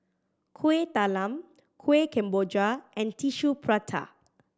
Kuih Talam Kueh Kemboja and Tissue Prata